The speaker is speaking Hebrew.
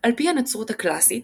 על פי הנצרות הקלאסית,